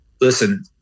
listen